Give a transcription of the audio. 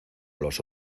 los